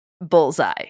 Bullseye